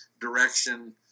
direction